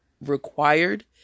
required